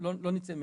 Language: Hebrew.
לא נצא מהם.